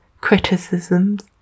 criticisms